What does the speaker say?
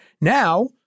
Now